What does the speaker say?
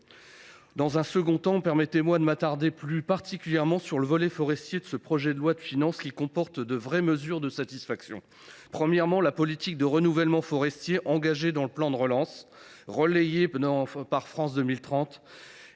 Dans un second temps, permettez moi de m’attarder plus particulièrement sur le volet forestier de ce projet de loi de finances qui est, à maints égards, une véritable source de satisfaction. Premièrement, la dynamique de renouvellement forestier engagée dans le cadre du plan de relance, et relayée par France 2030,